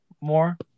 more